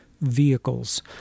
vehicles